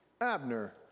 Abner